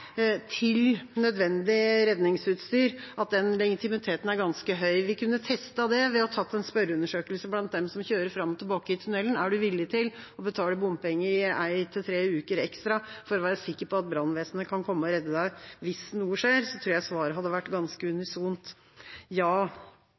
til nødvendig redningsutstyr. Vi kunne testet det ved å ta en spørreundersøkelse blant dem som kjører fram og tilbake i tunnelen: Er du villig til å betale bompenger i en – tre uker ekstra for å være sikker på at brannvesenet kan komme og redde deg hvis noe skjer? Da tror jeg svaret hadde vært et ganske